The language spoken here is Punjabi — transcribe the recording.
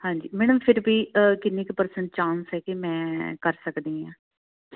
ਹਾਂਜੀ ਮੈਡਮ ਫਿਰ ਵੀ ਕਿੰਨੀ ਕੁ ਪਰਸਨਟ ਚਾਂਸ ਹੈਗੇ ਮੈਂ ਕਰ ਸਕਦੀ ਹਾਂ